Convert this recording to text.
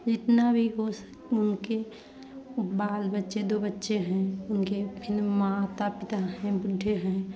जितना भी हो उनके बाल बच्चे दो बच्चे हैं उनके फिर माता पिता हैं बूढ़े हैं